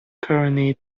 currently